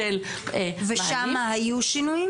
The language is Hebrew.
ושם היו שינויים?